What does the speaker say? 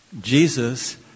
Jesus